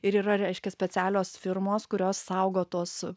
ir yra reiškias specialios firmos kurios saugo tos